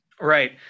Right